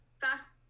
fast